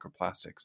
microplastics